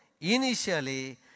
initially